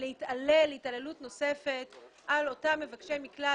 ולהתעלל התעללות נוספת באותם מבקשי מקלט,